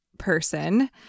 person